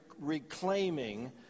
reclaiming